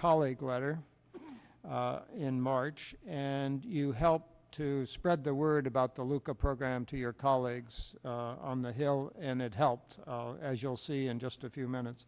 colleague letter in march and you help to spread the word about the lucca program to your colleagues on the hill and it helped as you'll see in just a few minutes